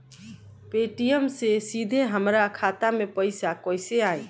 Paytm से सीधे हमरा खाता मे पईसा कइसे आई?